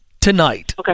tonight